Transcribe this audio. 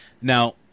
Now